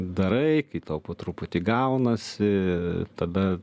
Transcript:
darai kai tau po truputį gaunasi tada